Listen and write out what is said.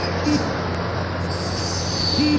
खाता से लाभ?